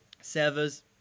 servers